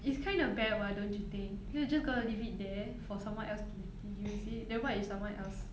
it's kind of bad [what] don't you think you're just gonna leave it there for someone else to use it then what if someone else